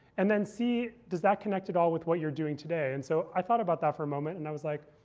and then see, does that connect all with what you're doing today? and so i thought about that for a moment. and i was like,